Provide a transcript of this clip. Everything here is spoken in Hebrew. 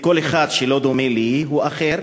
וכל אחד שלא דומה לי הוא אחר,